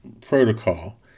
protocol